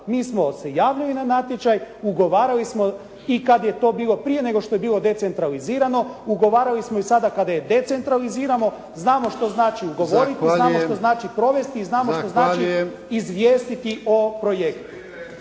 Mi smo se javili na natječaj, ugovarali smo i kad je to bilo prije nego što je bilo decentralizirano ugovarali smo i sada kada je decentralizirano znamo što znači ugovoriti, znamo što znači ugovoriti, znamo što znači provesti i znamo što